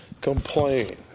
complain